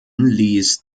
liess